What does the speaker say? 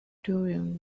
during